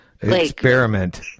Experiment